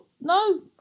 no